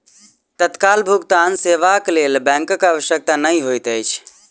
तत्काल भुगतान सेवाक लेल बैंकक आवश्यकता नै होइत अछि